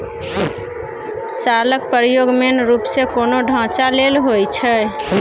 शालक प्रयोग मेन रुप सँ कोनो ढांचा लेल होइ छै